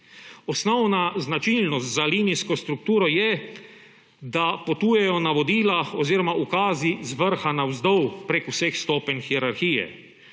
Osnovna značilnost za linijsko strukturo je, da potujejo navodila oziroma ukazi z vrha navzdol prek vseh stopenj hierarhije.